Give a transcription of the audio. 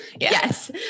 Yes